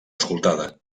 escoltada